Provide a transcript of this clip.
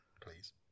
Please